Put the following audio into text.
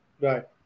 right